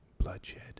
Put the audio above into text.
Bloodshed